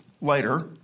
later